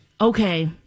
Okay